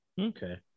Okay